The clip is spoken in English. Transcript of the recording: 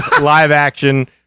live-action